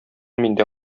миндә